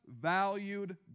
valued